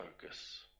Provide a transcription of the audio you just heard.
focus